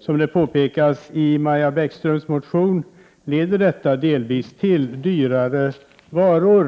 Som påpekas i Maja Bäckströms motion leder detta delvis till dyrare varor.